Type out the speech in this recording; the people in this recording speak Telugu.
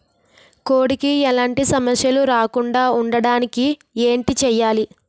కోడి కి ఎలాంటి సమస్యలు రాకుండ ఉండడానికి ఏంటి చెయాలి?